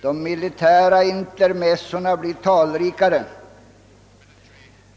De militära intermezzona blir allt talrikare.